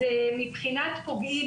מבחינת פוגעים,